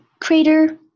crater